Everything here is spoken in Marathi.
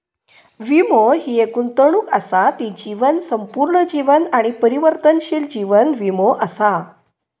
वीमो हि एक गुंतवणूक असा ती जीवन, संपूर्ण जीवन आणि परिवर्तनशील जीवन वीमो असा